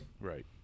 Right